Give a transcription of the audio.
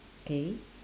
K